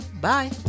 Bye